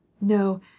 no